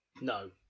No